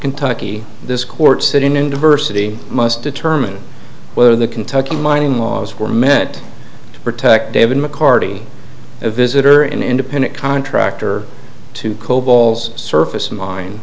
kentucky this court sitting in diversity must determine whether the kentucky mining laws were meant to protect david mccarty a visitor an independent contractor to cobol's surface mine